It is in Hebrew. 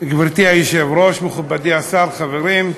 גברתי היושבת-ראש, מכובדי השר, חברים,